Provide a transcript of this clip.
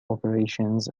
operations